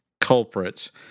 culprits